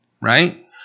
right